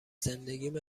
زندگیم